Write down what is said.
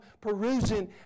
perusing